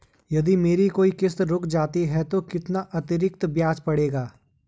यदि मेरी कोई किश्त रुक जाती है तो कितना अतरिक्त ब्याज पड़ेगा?